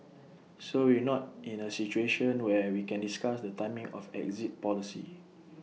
so we're not in A situation where we can discuss the timing of exit policy